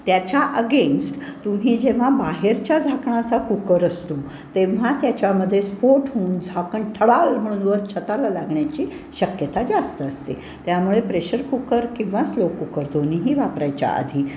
त्याच्या अगेन्स्ट तुम्ही जेव्हा बाहेरच्या झाकणाचा कुकर असतो तेव्हा त्याच्यामध्ये स्फोट होऊन झाकण ठळाल म्हणून वर छताला लागण्याची शक्यता जास्त असते त्यामुळे प्रेशर कुकर किंवा स्लो कुकर दोन्हीही वापरायच्या आधी